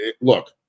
look